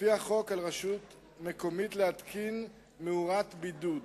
לפי החוק על רשות מקומית להתקין "מאורת בידוד"